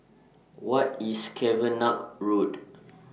What IS Cavenagh Road